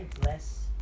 bless